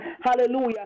hallelujah